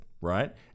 right